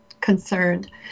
concerned